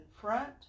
front